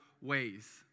ways